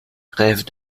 rêve